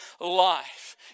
life